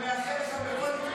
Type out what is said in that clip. אני מאחל לך ששום,